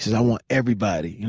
and i want everybody.